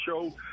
show